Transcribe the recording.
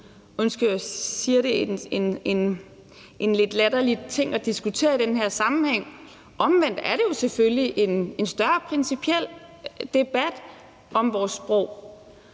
undskyld, jeg siger det, en lidt latterlig ting at diskutere i den her sammenhæng. Omvendt er det jo selvfølgelig en større principiel debat om vores sprog.